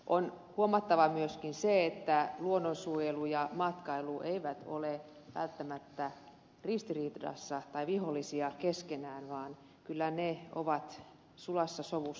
on huomattava myöskin se että luonnonsuojelu ja matkailu eivät ole välttämättä ristiriidassa tai vihollisia keskenään vaan kyllä ne ovat sulassa sovussa